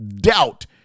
doubt